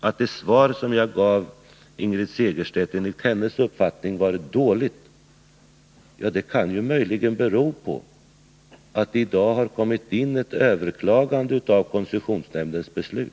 Att det svar jag gav Ingrid Segerström enligt hennes uppfattning var dåligt kan möjligen bero på att det i dag har kommit in ett överklagande av koncessionsnämndens beslut.